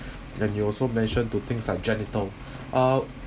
and you also mention to things like janitor uh